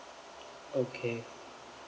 okay